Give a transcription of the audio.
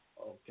Okay